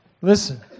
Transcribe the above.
Listen